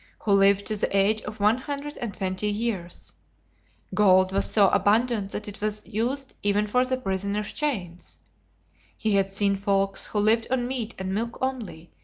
who lived to the age of one hundred and twenty years gold was so abundant that it was used even for the prisoners' chains he had seen folks who lived on meat and milk only,